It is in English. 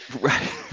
Right